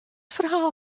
ferhaal